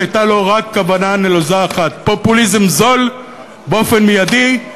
שהייתה לו רק כוונה נלוזה אחת: פופוליזם זול באופן מיידי,